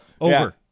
over